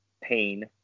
pain